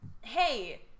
hey